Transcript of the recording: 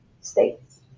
states